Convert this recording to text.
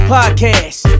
Podcast